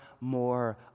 more